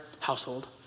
household